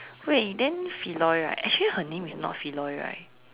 wait then Feloy right actually her name is not Feloy right